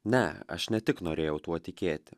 ne aš ne tik norėjau tuo tikėti